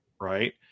right